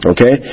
Okay